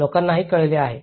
लोकांनाही कळवले आहे